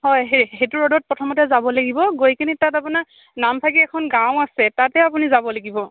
হয় সেই সেইটো ৰ'দত প্ৰথমতে যাব লাগিব গৈ কিনি তাত আপোনাৰ নামফাকে এখন গাঁও আছে তাতে আপুনি যাব লাগিব